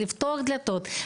לפתוח דלתות,